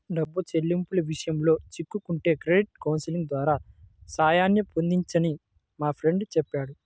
డబ్బు చెల్లింపుల విషయాల్లో చిక్కుకుంటే క్రెడిట్ కౌన్సిలింగ్ ద్వారా సాయాన్ని పొందొచ్చని మా ఫ్రెండు చెప్పాడు